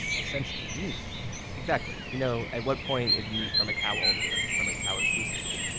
essentially, meat exactly. you know at what point is meat from a cow only or from a cow exclusively?